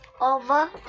over